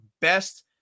best